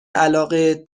علاقه